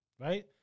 Right